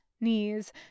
knees